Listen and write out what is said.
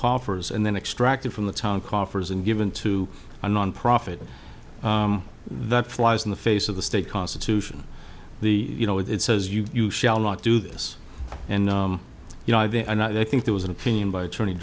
coffers and then extracted from the town coffers and given to a nonprofit that flies in the face of the state constitution the you know it says you shall not do this and you know and i think there was an opinion by attorney